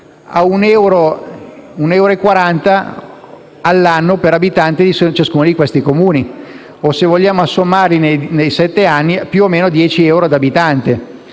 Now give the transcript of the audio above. ad 1,40 euro all'anno per abitante per ciascuno dei Comuni o, se vogliamo sommarli nei sette anni, a circa 10 euro ad abitante.